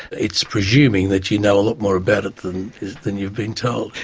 it's presuming that you know a lot more about it than than you've been told.